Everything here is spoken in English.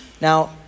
Now